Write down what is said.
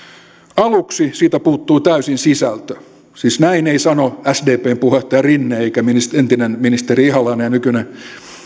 aluksi siitä puuttui täysin sisältö siis näin ei sano sdpn puheenjohtaja rinne eikä entinen ministeri ihalainen ja nykyinen